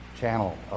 Channel